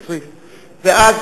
בצריף, בצריף.